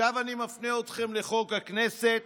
עכשיו אני מפנה אתכם לחוק הכנסת,